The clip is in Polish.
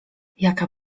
jaka